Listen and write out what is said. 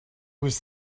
was